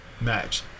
match